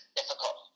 difficult